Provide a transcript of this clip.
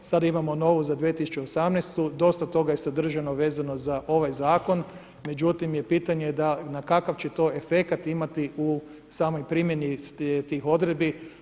Sada imamo novu za 2018., dosta toga je sadržano, vezano za ovaj zakon, međutim i pitanje je da, kakav će to efekt imati u samoj primjeni tih odredbi.